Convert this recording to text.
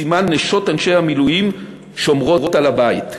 בסימן "נשות אנשי המילואים שומרות על הבית".